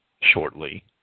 shortly